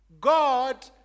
God